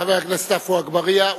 חבר הכנסת עפו אגבאריה,